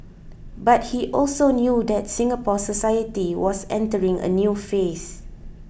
but he also knew that Singapore society was entering a new phase